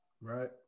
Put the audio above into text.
Right